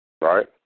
Right